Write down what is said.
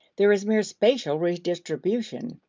there is mere spatial redistribution.